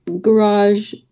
garage